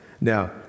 Now